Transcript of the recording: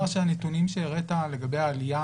צריך לומר שהנתונים שהראית לגבי העלייה